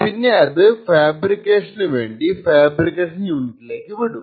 പിന്നെ അത് ഫാബ്രിക്കേഷന് വേണ്ടി ഫാബ്രിക്കേഷൻ യൂണിറ്റിലേക്ക് വിടും